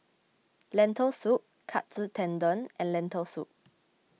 Lentil Soup Katsu Tendon and Lentil Soup